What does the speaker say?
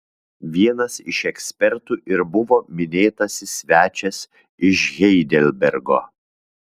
vienas iš ekspertų ir buvo minėtasis svečias iš heidelbergo